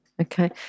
Okay